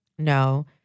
No